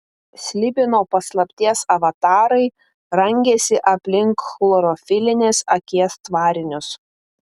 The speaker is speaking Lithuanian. slibino paslapties avatarai rangėsi aplink chlorofilinės akies tvarinius